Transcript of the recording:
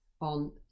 on